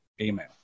email